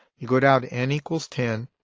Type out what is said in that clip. you go down and equals ten.